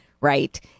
right